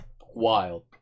wild